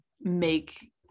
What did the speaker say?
make